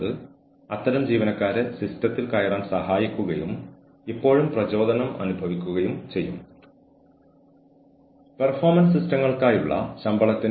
കൂടാതെ ജീവനക്കാരനെ സഹായിക്കുക അല്ലെങ്കിൽ ജീവനക്കാരനെ ശരിയായ ദിശയിലേക്ക് നയിക്കുക